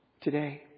today